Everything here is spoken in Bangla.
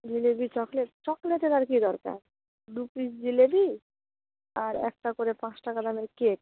জিলেপি চকলেট চকলেটের আর কি দরকার দু পিস জিলেপি আর একটা করে পাঁচ টাকা দামের কেক